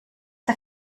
der